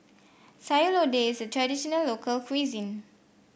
Sayur Lodeh is a traditional local cuisine